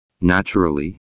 naturally